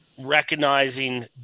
recognizing